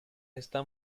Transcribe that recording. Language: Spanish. está